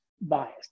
bias